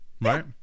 Right